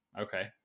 okay